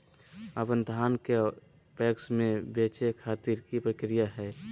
अपन धान के पैक्स मैं बेचे खातिर की प्रक्रिया हय?